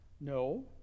No